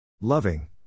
Loving